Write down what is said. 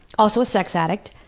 also a sex addict,